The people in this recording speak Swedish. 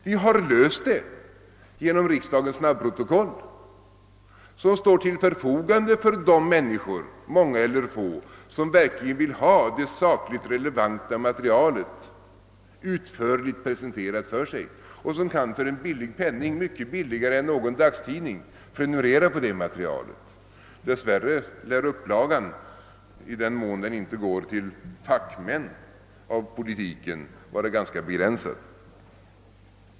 Vi har däremot löst det genom riksdagens snabbprotokoll, som står till förfogande för de människor — många eller få — som verkligen vill ha det sakligt relevanta materialet utförligt presenterat för sig och som för en billig penning — mycket billigare än för någon dagstidning — kan prenumerera på detta. Dess värre lär upplagan, i den mån den inte går till fackmän inom politiken, vara ganska begränsad.